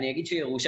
אני אגיד שירושלים,